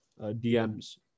dms